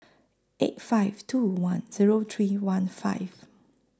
eight five two one Zero three one five